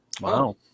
Wow